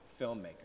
filmmaker